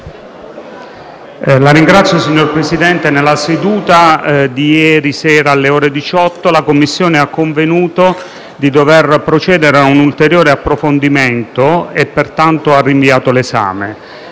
*(M5S)*. Signor Presidente, nella seduta di ieri sera, alle ore 18, la Commissione ha convenuto di procedere a un ulteriore approfondimento e pertanto ha rinviato l'esame